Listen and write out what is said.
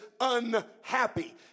unhappy